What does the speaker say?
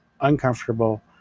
uncomfortable